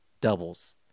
doubles